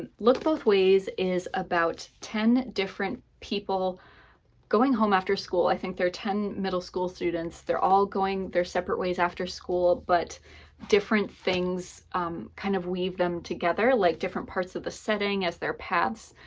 ah look both ways is about ten different people going home after school. i think they're ten middle school students. they're all going their separate ways after school, but different things kind of weave them together, like different parts of the setting as their paths,